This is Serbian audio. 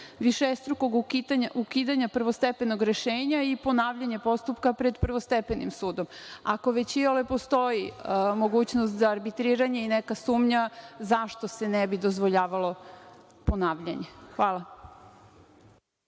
višestrukog ukidanja prvostepenog rešenja i ponavljanje postupka pred prvostepenim sudom. Ako već iole postoji mogućnost za arbitriranje i neka sumnja, zašto se ne bi dozvoljavalo ponavljanje? Hvala.